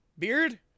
beard